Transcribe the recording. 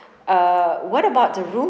uh what about the room